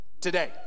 today